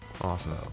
Awesome